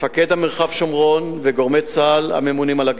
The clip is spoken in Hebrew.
מפקד מרחב שומרון וגורמי צה"ל הממונים על הגזרה.